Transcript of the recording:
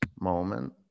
moment